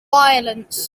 violence